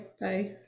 Bye